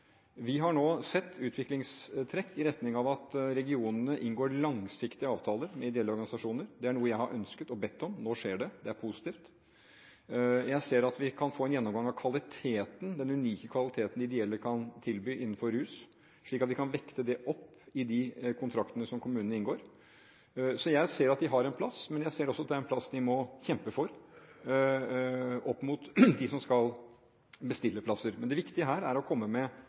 Vi har nå sett utviklingstrekk i retning av at regionene inngår langsiktige avtaler med ideelle organisasjoner. Det er noe jeg har ønsket og bedt om – nå skjer det. Det er positivt. Jeg ser at vi kan få en gjennomgang av den unike kvaliteten de ideelle kan tilby innenfor rus, slik at vi kan vekte det opp i de kontraktene som kommunene inngår. Så jeg ser at de har en plass, men jeg ser også at det er en plass de må kjempe for, opp mot dem som skal bestille plasser. Men det viktige her er å komme